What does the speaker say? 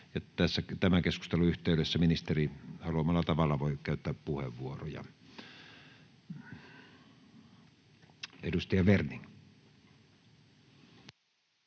tämän keskustelun yhteydessä ministeri haluamallaan tavalla voi käyttää puheenvuoroja. — Edustaja Werning.